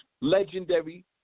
legendary